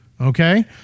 okay